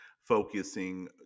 focusing